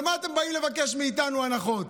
על מה אתם באים לבקש מאיתנו הנחות?